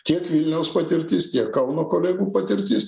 tiek vilniaus patirtis tiek kauno kolegų patirtis